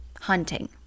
hunting